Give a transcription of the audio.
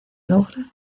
logra